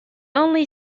only